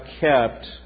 kept